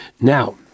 Now